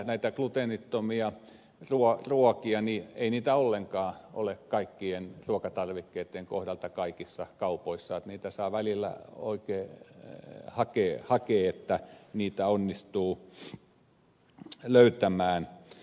näitä gluteenittomia ruokia ei esimerkiksi ole ollenkaan kaikkien ruokatarvikkeitten kohdalla kaikissa kaupoissa niitä saa välillä oikein hakea että niitä onnistuu löytämään